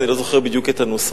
אני לא זוכר בדיוק את הנוסח.